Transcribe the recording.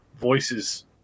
voices